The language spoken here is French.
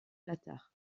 flatteur